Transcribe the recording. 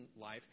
life